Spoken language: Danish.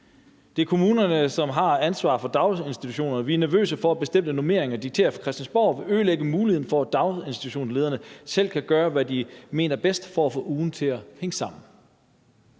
Det er kommunerne, som har ansvaret for daginstitutionerne. Vi er nervøse for, at bestemte normeringer dikteret fra Christiansborg vil ødelægge mulighederne for, at daginstitutionslederne selv kan gøre, hvad de mener er bedst for at få ugen til at hænge sammen.